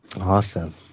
Awesome